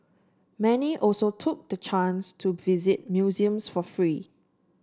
many also took the chance to visit museums for free